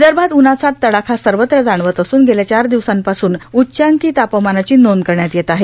विदर्भात उन्हाचा तडाखा सर्वत्र जाणवत असून गेल्या चार दिवसांपासून उच्चांकी तापमानाची नोंद करण्यात येत आहे